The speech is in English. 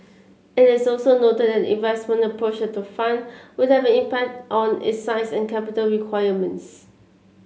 it is also noted that the investment approach of the fund would have an impact on its size and capital requirements